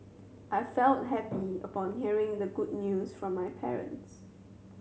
I felt happy upon hearing the good news from my parents